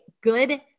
good